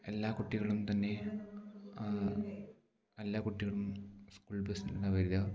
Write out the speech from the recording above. എല്ലാ കുട്ടികളും തന്നെ എല്ലാ കുട്ടികളും സ്കൂൾ ബസ്സുകളിൽ അല്ല വരിക